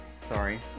sorry